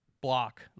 block